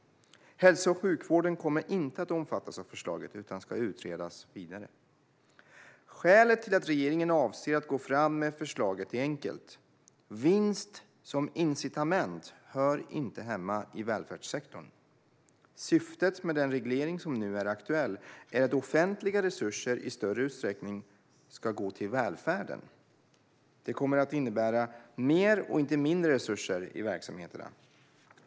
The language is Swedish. Hälso och sjukvården kommer inte att omfattas av förslaget utan ska utredas vidare. Skälet till att regeringen avser att gå fram med förslaget är enkelt: Vinst som incitament hör inte hemma i välfärdssektorn. Syftet med den reglering som nu är aktuell är att offentliga resurser i större utsträckning ska gå till välfärden. Det kommer att innebära mer och inte mindre resurser i verksamheterna.